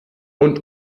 und